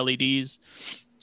leds